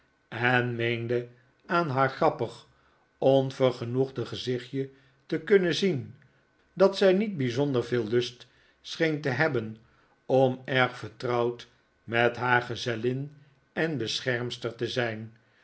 en meerjde aan haar grappig onvergenoegde pezichtje te kunnen zien dat zij niet bijzonder veel lust scheen te hebben om erg vertrouwd met haar gezellin en beschermster te zijn